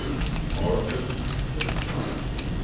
from the orators to the craftsmen.